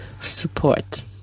support